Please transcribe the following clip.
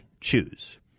choose